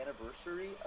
anniversary